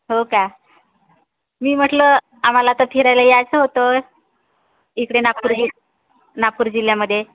हो का मी म्हटलं आम्हाला तर फिरायला यायचं होतं इकडे नागपूर जि नागपूर जिल्ह्यामध्ये